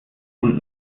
und